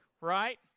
right